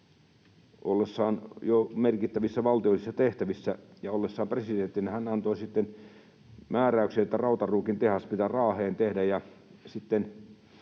ollessaan jo merkittävissä valtiollisissa tehtävissä ja ollessaan presidenttinä antoi sitten määräyksen, että Rautaruukin tehdas pitää Raaheen tehdä, ja sitten